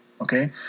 okay